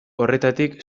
horretatik